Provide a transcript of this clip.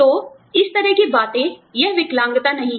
तो इस तरह की बातें यह विकलांगता नहीं है